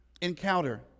encounter